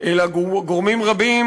אלא גורמים רבים